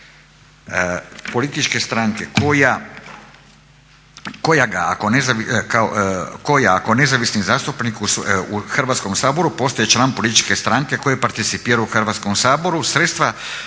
političke stranke koja ako nezavisni zastupnik u Hrvatskom saboru postaje član političke stranke koja participira u Hrvatskom saboru sredstva